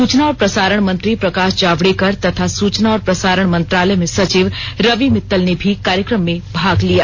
सूचना और प्रसारण मंत्री प्रकाश जावडेकर तथा सूचना और प्रसारण मंत्रालय में सचिव रवि मित्तल ने भी कार्यक्रम में भाग लिया